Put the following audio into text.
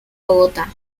bogotá